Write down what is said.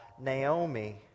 Naomi